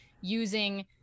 using